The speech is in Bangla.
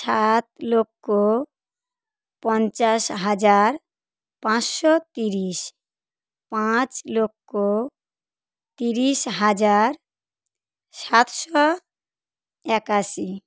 সাত লক্ষ পঞ্চাশ হাজার পাঁচশো তিরিশ পাঁচ লক্ষ তিরিশ হাজার সাতশো একাশি